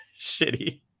shitty